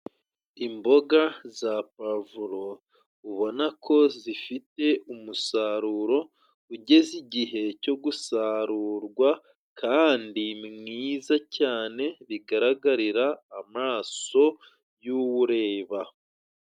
Imboga za pavuro, ubona ko zifite umusaruro ugeze igihe cyo gusarurwa kandi mwiza cyane, bigaragarira amaso y'uwureba.